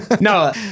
No